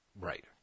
Right